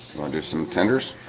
gonna do some tenders.